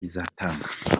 bizatanga